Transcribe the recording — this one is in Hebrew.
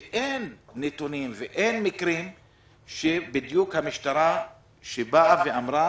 שאין נתונים כאלה ואין מקרים שהמשטרה באה אמרה: